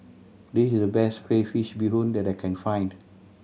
this is the best crayfish beehoon that I can find